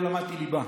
לא למדתי ליבה.